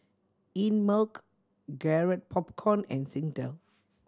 Einmilk Garrett Popcorn and Singtel